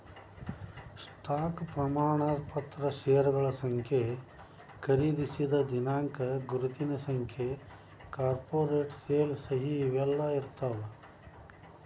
stock ಪ್ರಮಾಣ ಪತ್ರ ಷೇರಗಳ ಸಂಖ್ಯೆ ಖರೇದಿಸಿದ ದಿನಾಂಕ ಗುರುತಿನ ಸಂಖ್ಯೆ ಕಾರ್ಪೊರೇಟ್ ಸೇಲ್ ಸಹಿ ಇವೆಲ್ಲಾ ಇರ್ತಾವ